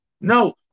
No